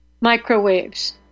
microwaves